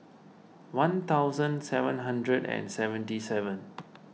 one thousand seven hundred and seventy seven